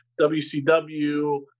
WCW